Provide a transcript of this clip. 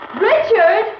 Richard